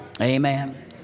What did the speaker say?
Amen